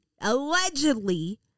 allegedly